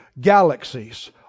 galaxies